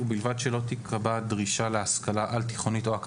ובלבד שלא תיקבע דרישה להשכלה על תיכונית או להשכלה